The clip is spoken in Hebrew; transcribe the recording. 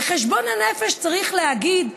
וחשבון הנפש, צריך להגיד,